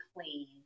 clean